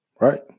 Right